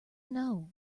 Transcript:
know